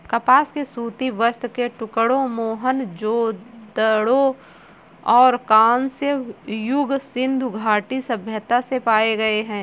कपास के सूती वस्त्र के टुकड़े मोहनजोदड़ो और कांस्य युग सिंधु घाटी सभ्यता से पाए गए है